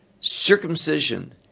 Circumcision